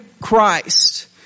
Christ